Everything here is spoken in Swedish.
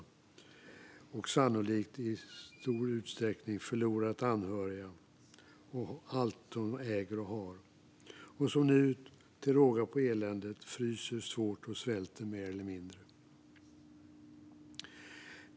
Många har sannolikt förlorat anhöriga och allt de äger och har. Till råga på eländet fryser de också svårt och svälter mer eller mindre.